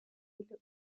auquel